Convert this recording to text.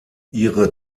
ihre